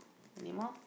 anymore